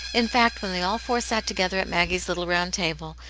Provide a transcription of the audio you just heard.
in fact, when they all four sat together at maggie's little round table,